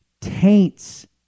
taints